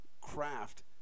craft